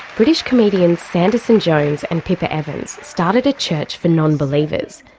british comedians sanderson jones and pippa evans started a church for non-believers,